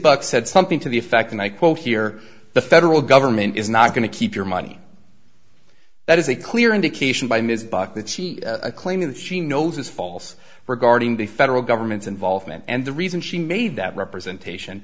buck said something to the effect and i quote here the federal government is not going to keep your money that is a clear indication by ms buckley a claim that she knows is false regarding the federal government's involvement and the reason she made that representation